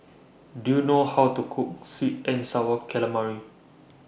Do YOU know How to Cook Sweet and Sour Calamari